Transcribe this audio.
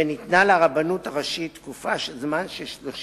וניתנה לרבנות הראשית תקופת זמן של 30